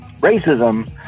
racism